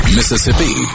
Mississippi